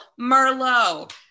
Merlot